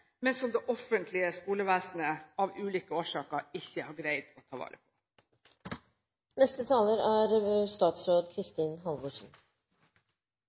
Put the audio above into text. men som den offentlige skolen av ulike årsaker ikke har greid å ta vare på. Jeg er